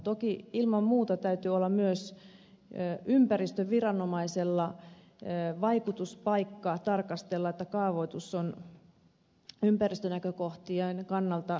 toki ilman muuta täytyy olla myös ympäristöviranomaisella vaikutuspaikka tarkastella että kaavoitus on ympäristönäkökohtien kannalta hyvää